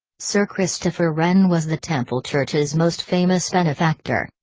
sir christopher wren was the temple church's most famous benefactor.